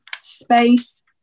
space